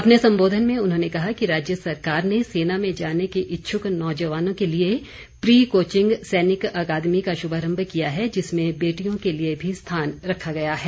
अपने संबोधन में उन्होंने कहा कि राज्य सरकार ने सेना में जाने के इच्छुक नौजवानों के लिए प्री कोचिंग सैनिक अकादमी का शुभारम्भ किया है जिसमें बेटियों के लिए भी स्थान रखा गया है